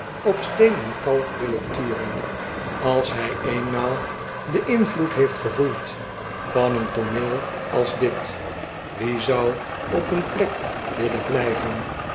op steen en kalk willen turen als hij eenmaal den invloed heeft gevoeld van een tooneel als dit wie zou op een plek willen blijven